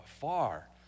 far